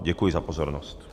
Děkuji za pozornost.